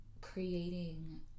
creating